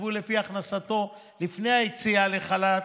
יחושבו לפי הכנסתו לפני היציאה לחל"ת,